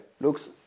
Looks